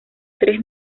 tres